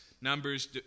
Numbers